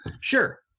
Sure